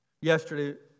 Yesterday